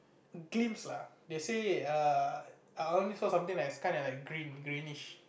glimpse lah they say err I only saw something like is kinda like green greenish